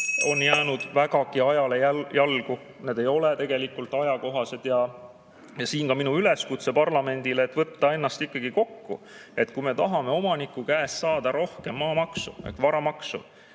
on jäänud vägagi ajale jalgu, need ei ole tegelikult ajakohased. Siit ka minu üleskutse parlamendile võtta ennast ikkagi kokku. Kui me tahame omaniku käest saada rohkem maamaksu ehk varamaksu,